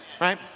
right